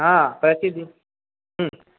हा प्रतिदिनं